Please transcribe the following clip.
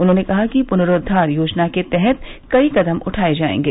उन्होंने कहा कि पुनरूद्वार योजना के तहत कई कदम उठाए जाएंगे